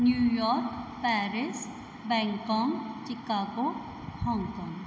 New York Paris Bangkok Chicago Hong Kong